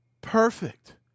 Perfect